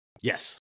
Yes